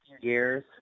years